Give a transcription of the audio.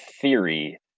theory